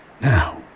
Now